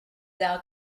thou